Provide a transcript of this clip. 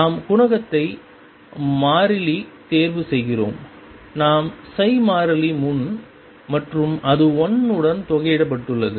நாம் குணகத்தை மாறிலி தேர்வு செய்கிறோம் நாம் மாறிலி முன் மற்றும் அது 1 உடன் தொகையீடப்பட்டுள்ளது